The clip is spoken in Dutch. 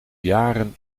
jaren